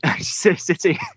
City